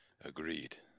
Agreed